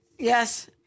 Yes